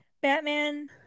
Batman